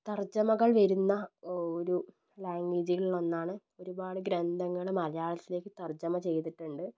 തർജ്ജമകൾ വരുന്ന ഒരു ലാംഗ്വേജുകളിൽ ഒന്നാണ് ഒരുപാട് ഗ്രന്ഥങ്ങള് മലയാളത്തിലേക്ക് തർജ്ജമ ചെയ്തിട്ടുണ്ട്